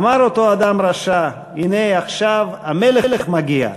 אמר אותו אדם רשע: הנה עכשיו המלך מגיע.